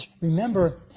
Remember